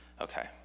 okay